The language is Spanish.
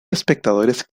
espectadores